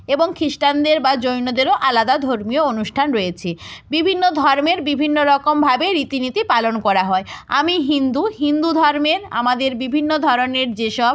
এবং খিস্টানদের বা জৈনদেরও আলাদা ধর্মীয় অনুষ্ঠান রয়েছে বিভিন্ন ধর্মের বিভিন্ন রকমভাবে রীতি নীতি পালন করা হয় আমি হিন্দু হিন্দু ধর্মের আমাদের বিভিন্ন ধরনের যেসব